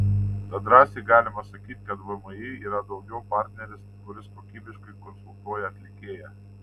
tad drąsiai galima sakyti kad vmi yra daugiau partneris kuris kokybiškai konsultuoja atlikėją